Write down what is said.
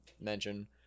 mention